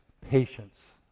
patience